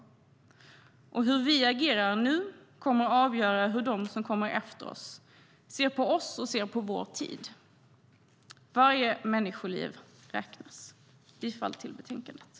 Hur vi agerar nu kommer att avgöra hur de som kommer efter oss ser på oss och på vår tid. Varje människoliv räknas.